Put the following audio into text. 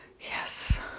Yes